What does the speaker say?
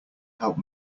help